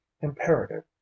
imperative